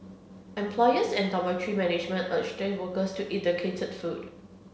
employers and dormitory management urge the workers to eat the catered food